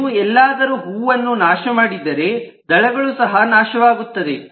ನೀವು ಎಲ್ಲಾದರೂ ಹೂವನ್ನು ನಾಶಮಾಡಿದರೆ ದಳಗಳು ಸಹ ನಾಶವಾಗುತ್ತವೆ